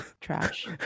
trash